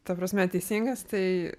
ta prasme teisingas tai